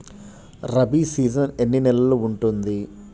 Rabi season ఎన్ని నెలలు ఉంటుంది?